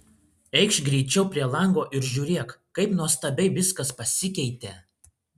eikš greičiau prie lango ir žiūrėk kaip nuostabiai viskas pasikeitė